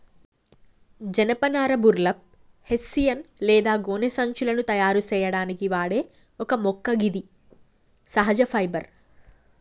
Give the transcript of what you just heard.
జనపనార burlap, hessian లేదా గోనె సంచులను తయారు సేయడానికి వాడే ఒక మొక్క గిది సహజ ఫైబర్